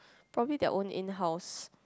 probably their own in house